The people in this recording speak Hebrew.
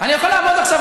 אני יכול לעמוד עכשיו,